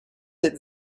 that